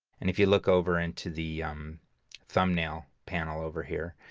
and if you look over into the thumbnail panel over here,